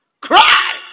cry